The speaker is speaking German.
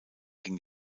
ging